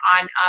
on